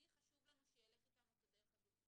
מי חשוב לנו שילך אתנו את הדרך הזו,